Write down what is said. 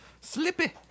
Slippy